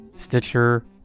Stitcher